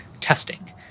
testing